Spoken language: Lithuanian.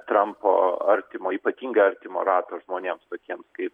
trampo artimo ypatingai artimo rato žmonėms tokiems kaip